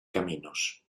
caminos